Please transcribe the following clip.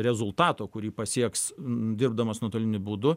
rezultato kurį pasieks dirbdamas nuotoliniu būdu